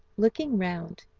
looking round,